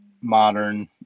modern